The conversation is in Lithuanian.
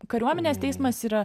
kariuomenės teismas yra